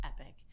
epic